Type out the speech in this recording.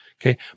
okay